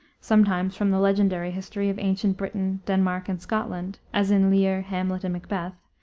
sometimes from the legendary history of ancient britain, denmark, and scotland, as in lear, hamlet, and macbeth,